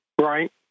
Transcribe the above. right